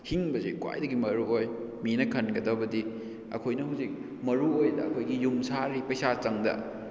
ꯍꯤꯡꯕꯁꯦ ꯈ꯭ꯋꯥꯏꯗꯒꯤ ꯃꯔꯨꯑꯣꯏ ꯃꯤꯅ ꯈꯟꯒꯗꯕꯗꯤ ꯑꯩꯈꯣꯏꯅ ꯍꯧꯖꯤꯛ ꯃꯔꯨꯑꯣꯏꯅ ꯑꯩꯈꯣꯏꯒꯤ ꯌꯨꯝ ꯁꯥꯔꯤ ꯄꯩꯁꯥ ꯆꯪꯗ